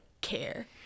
care